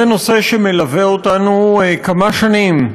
זה נושא שמלווה אותנו כמה שנים,